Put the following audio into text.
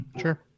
Sure